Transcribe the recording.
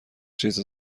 چیز